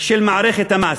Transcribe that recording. של מערכת המס.